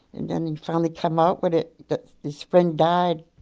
and then he finally came out with it that his friend died